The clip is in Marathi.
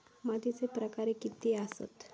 मातीचे प्रकार किती आसत?